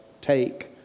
take